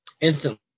instantly